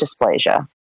dysplasia